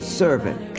servant